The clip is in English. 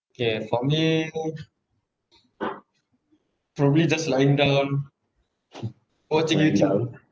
K for me probably just lying down watching youtube